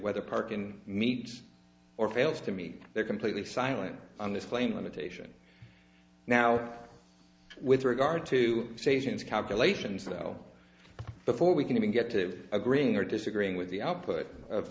whether parking meets or fails to meet they're completely silent on this claim limitation now with regard to say she is calculations though before we can even get to agreeing or disagreeing with the output of